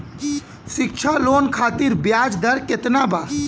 शिक्षा लोन खातिर ब्याज दर केतना बा?